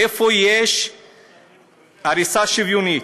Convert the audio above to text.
איפה יש הריסה שוויונית.